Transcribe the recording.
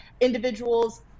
individuals